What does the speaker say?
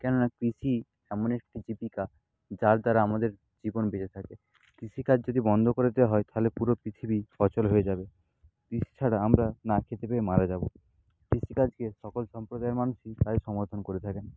কেননা কৃষি এমনই একটি জীবিকা যার দ্বারা আমাদের জীবন বেঁচে থাকে কৃষিকাজ যদি বন্ধ করে দেওয়া হয় তাহলে পুরো পৃথিবী অচল হয়ে যাবে কৃষি ছাড়া আমরা না খেতে পেয়ে মারা যাবো কৃষিকাজকে সকল সম্প্রদায়ের মানুষই প্রায় সমর্থন করে থাকেন